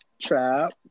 trap